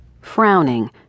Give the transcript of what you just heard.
Frowning